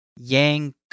Yang